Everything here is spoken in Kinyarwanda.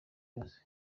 yose